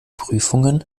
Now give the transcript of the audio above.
prüfungen